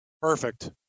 Perfect